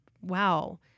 wow